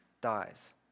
dies